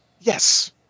Yes